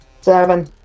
Seven